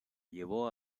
llevó